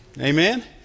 Amen